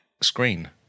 screen